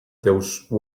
deutsche